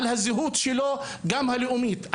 על הזהות שלו גם הלאומית,